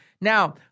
Now